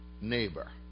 neighbor